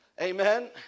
Amen